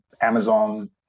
Amazon